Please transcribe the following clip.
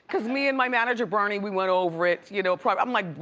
cause me and my manager bernie, we went over it, you know i'm like,